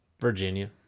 Virginia